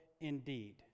indeed